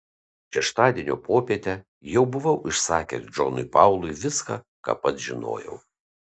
šeštadienio popietę jau buvau išsakęs džonui paului viską ką pats žinojau